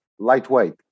Lightweight